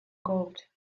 gold